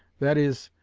that is,